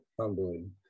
humbling